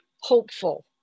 hopeful